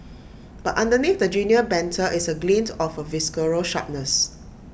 but underneath the genial banter is A glint of A visceral sharpness